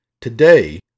Today